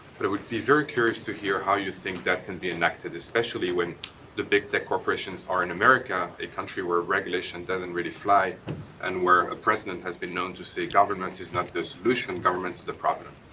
but i would be very curious to hear how you think that can be enacted, especially when the big tech corporations are in america, a country where regulation doesn't really fly and where a president has been known to say government is not the solution government is the problem.